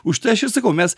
už tai aš ir sakau mes